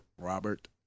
Robert